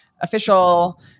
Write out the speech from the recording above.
official